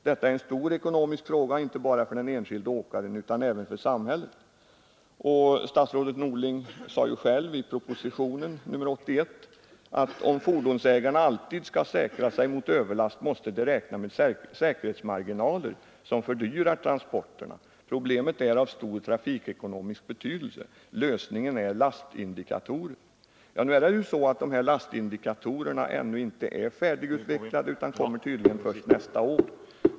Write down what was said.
Detta är en stor ekonomisk fråga inte bara för den enskilde åkaren utan även för samhället.” Statsrådet Norling sade själv i propositionen 81 att om fordonsägare alltid skall säkra sig mot överlast måste de räkna med säkerhetsmarginaler som fördyrar transporterna. ”Problemet är av stor trafikekonomisk betydelse. Lösningen är lastindikatorer.” Nu är det så att de här lastindikatorerna ännu inte är färdigutvecklade. De kommer tydligen först nästa år.